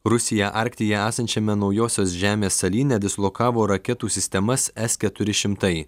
rusija arktyje esančiame naujosios žemės salyne dislokavo raketų sistemas s keturi šimtai